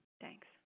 Thanks